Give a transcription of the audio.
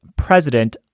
President